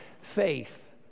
faith